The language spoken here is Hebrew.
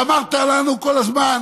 ואמרת לנו כל הזמן